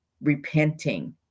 repenting